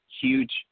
huge